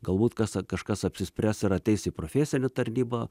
galbūt kas kažkas apsispręs ir ateis į profesinę tarnybą